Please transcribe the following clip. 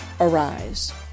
Arise